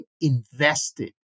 invested